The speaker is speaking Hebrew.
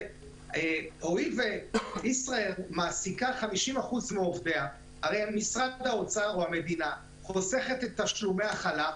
הואיל וישראייר מעסיקה 50% מעובדיה הרי המדינה חוסכת את תשלומי החל"ת,